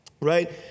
right